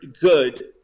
good